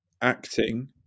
acting